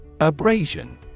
Abrasion